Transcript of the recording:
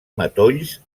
matolls